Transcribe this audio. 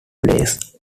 plays